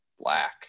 black